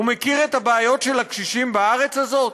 הוא מכיר את הבעיות של הקשישים בארץ הזאת?